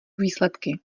výsledky